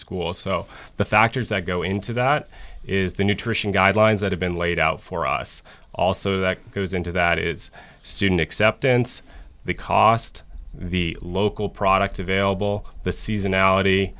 school so the factors that go into that is the nutrition guidelines that have been laid out for us also that goes into that is student acceptance the cost the local product available the season